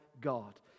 God